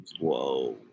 Whoa